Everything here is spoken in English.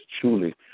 truly